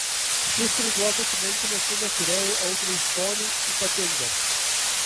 šis ruduo dokumentinio kino kūrėjui audriui stoniui ypatingas